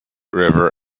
river